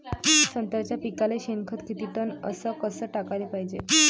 संत्र्याच्या पिकाले शेनखत किती टन अस कस टाकाले पायजे?